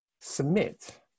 submit